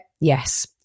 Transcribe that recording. Yes